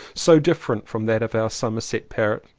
so different from that of our somersetshire parret.